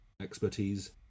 expertise